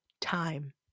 time